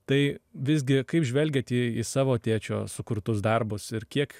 tai visgi kaip žvelgiat į į savo tėčio sukurtus darbus ir kiek